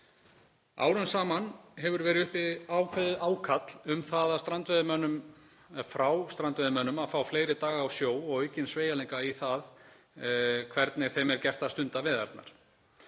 Árum saman hefur verið uppi ákveðið ákall um það frá strandveiðimönnum að fá fleiri daga á sjó og aukinn sveigjanleika í það hvernig þeim er gert að stunda veiðarnar.